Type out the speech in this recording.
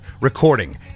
recording